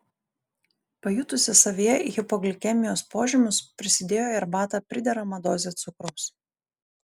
pajutusi savyje hipoglikemijos požymius prisidėjo į arbatą prideramą dozę cukraus